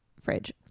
fridge